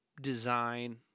design